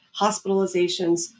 hospitalizations